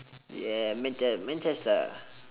yeah manche~ manchester